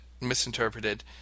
misinterpreted